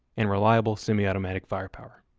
and reliable semi-automatic fire power.